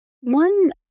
One